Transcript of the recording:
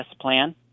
plan